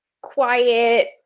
quiet